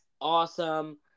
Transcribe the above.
awesome